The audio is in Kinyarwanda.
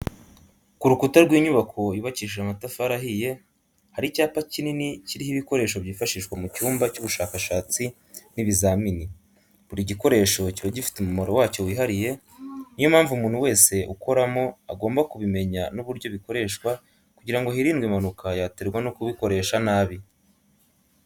Ku rukuta rw'inyubako yubakishije amatafari ahiye, hari icyapa kikini kiriho ibikoresho byifashishwa mu cyumba cy'ubushakashatsi n'ibizamini, buri gikoresho kiba gifite umumaro wacyo wihariye, niyo mpamvu umuntu wese ukoramo agomba kubimenya n'uburyo bikoreshwa kugira ngo hirindwe impanuka yaterwa no kubikoresa nabi.